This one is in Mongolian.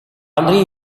нарын